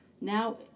Now